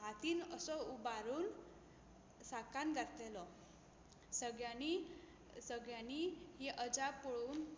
हातीन असो उबारून साकान घातलेलो सगळ्यांनी सगळ्यांनी ही अजाप पळोवन